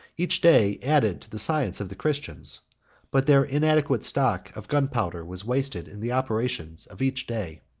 each day added to the science of the christians but their inadequate stock of gunpowder was wasted in the operations of each day.